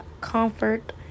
comfort